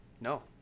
No